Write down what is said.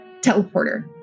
teleporter